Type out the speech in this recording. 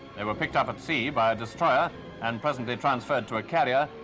they were picked up at sea by a destroyer and presently transferred to a carrier,